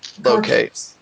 locate